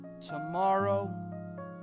tomorrow